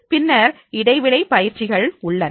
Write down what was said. பின்னர் இடைவெளி பயிற்சிகள் உள்ளன